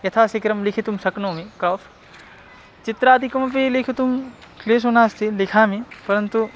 यथा शीघ्रं लिखितुं शक्नोमि क्राफ़् चित्रादिकमपि लिखितुं क्लेशो नास्ति लिखामि परन्तु